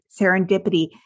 serendipity